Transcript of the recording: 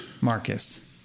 Marcus